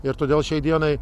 ir todėl šiai dienai